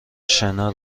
شنا